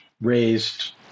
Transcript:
raised